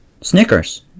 Snickers